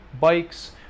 bikes